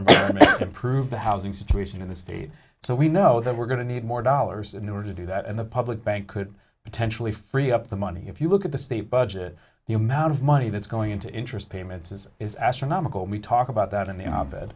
our improve the housing situation in the state so we know that we're going to need more dollars in order to do that and the public bank could potentially free up the money if you look at the state budget the amount of money that's going into interest payments is is astronomical and we talk about that in the op